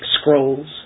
scrolls